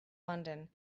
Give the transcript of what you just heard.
london